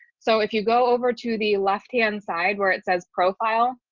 so if you go over to the left hand side where it says profile,